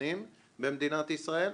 אני יודע שמפנים אותי להרבה רשויות,